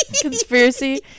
conspiracy